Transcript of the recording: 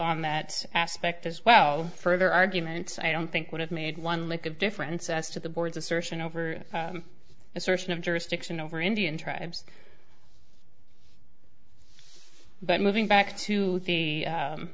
on that aspect as well further arguments i don't think would have made one lick of difference as to the board's assertion over assertion of jurisdiction over indian tribes but moving back to the